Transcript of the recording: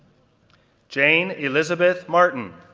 jane elizabeth martin,